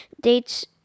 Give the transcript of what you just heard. dates